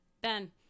Ben